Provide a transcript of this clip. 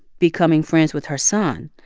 becoming friends with her son,